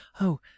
Oh